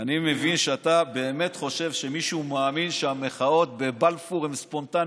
אני מבין שאתה באמת חושב שמישהו מאמין שהמחאות בבלפור הן ספונטניות.